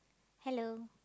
hello